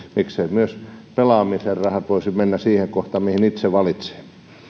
myös pelaamisen rahat voisi mennä siihen kohtaan mihin itse valitsee